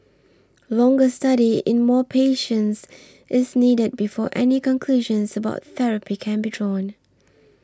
longer study in more patients is needed before any conclusions about therapy can be drawn